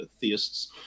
theists